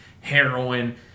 heroin